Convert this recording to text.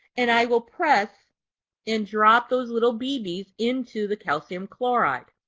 and i will press and drop those little bb's into the calcium chloride.